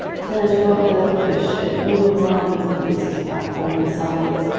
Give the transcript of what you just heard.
ten or twelve devilfish had overrun the nautilus's platform and sides.